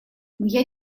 моя